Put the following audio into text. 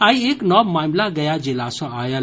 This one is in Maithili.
आइ एक नव मामिला गया जिला सँ आयल